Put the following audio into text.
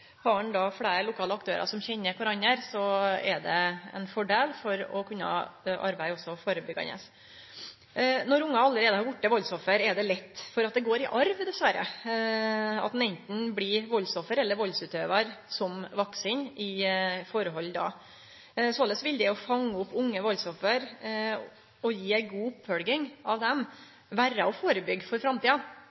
Har ein då fleire lokale aktørar som kjenner kvarandre, er det ein fordel for å kunne arbeide førebyggjande. Når ungane allereie har vorte valdsoffer, er det dessverre lett for at det går i arv, at ein anten blir valdsoffer eller valdsutøvar i eit forhold som vaksen. Såleis vil det å fange opp unge valdsoffer og gje dei ei god oppfølging vere å førebyggje for framtida. Ein kan i beste fall hindre at dei kjem i